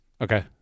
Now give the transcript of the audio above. Okay